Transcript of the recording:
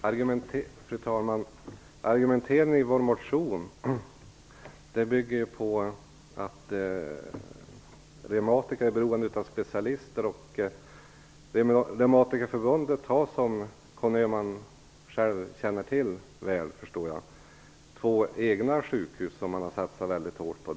Fru talman! Argumenteringen i vår motion bygger på att reumatiker är beroende av specialister. Reumatikerförbundet har som Conny Öhman själv känner till två egna sjukhus som man har satsat väldigt hårt på.